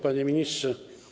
Panie Ministrze!